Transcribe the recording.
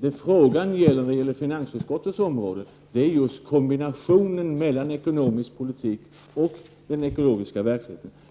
vad frågan handlar om inom finansutskottets område är just kombinationen mellan ekonomisk politik och den ekologiska verkligheten.